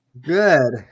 Good